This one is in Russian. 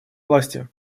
власти